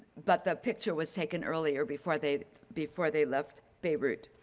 but the picture was taken earlier before they'd before they left beirut.